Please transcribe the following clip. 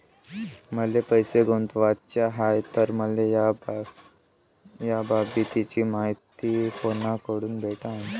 मले पैसा गुंतवाचा हाय तर मले याबाबतीची मायती कुनाकडून भेटन?